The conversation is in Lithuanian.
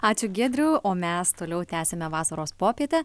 ačiū giedriau o mes toliau tęsiame vasaros popietę